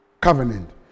covenant